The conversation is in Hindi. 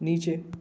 नीचे